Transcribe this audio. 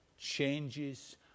changes